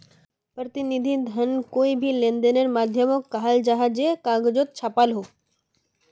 प्रतिनिधि धन कोए भी लेंदेनेर माध्यामोक कहाल जाहा जे कगजोत छापाल हो